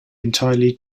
entirely